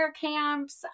camps